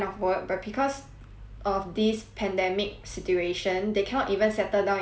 of this pandemic situation they cannot even settle down in hotel because hotel